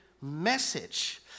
message